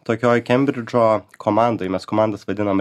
tokioj kembridžo komandoj mes komandas vadiname